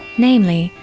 namely,